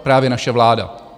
Právě naše vláda.